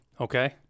Okay